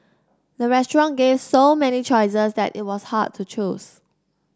the restaurant gave so many choices that it was hard to choose